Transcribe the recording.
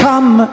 Come